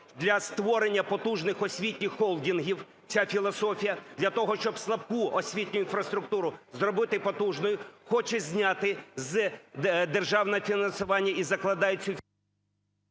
для створення потужних освітніх холдингів ця філософія, для того, щоб слабку освітню інфраструктуру зробити потужною. Хоче зняти з державного фінансування і закладає цю…